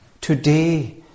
Today